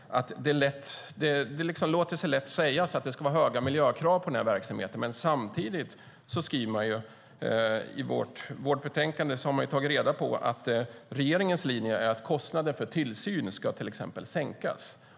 Det låter sig lätt sägas att det ska vara höga miljökrav på den här verksamheten, men samtidigt skriver man i betänkandet att regeringens linje är att kostnaden för tillsyn ska sänkas.